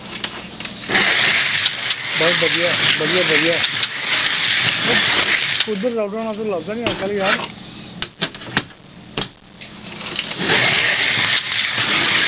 बहुत बधिया बधिया बधिया तुस होंदे कुद्धर न लभदे निं यार